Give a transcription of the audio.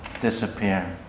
disappear